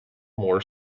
more